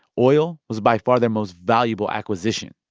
oil was, by far, their most valuable acquisition.